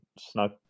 snuck